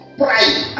pride